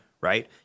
Right